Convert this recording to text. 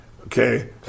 Okay